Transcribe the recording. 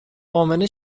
امنه